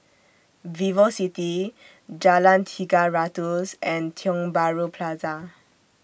Vivocity Jalan Tiga Ratus and Tiong Bahru Plaza